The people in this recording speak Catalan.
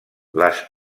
les